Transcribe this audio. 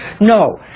No